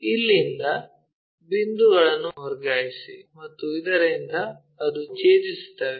ಇಲ್ಲಿಂದ ಬಿಂದುಗಳನ್ನು ವರ್ಗಾಯಿಸಿ ಮತ್ತು ಇದರಿಂದ ಅದು ಛೇದಿಸುತ್ತವೆ